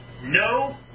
no